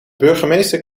burgemeester